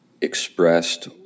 expressed